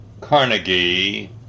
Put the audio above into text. Carnegie